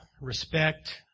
respect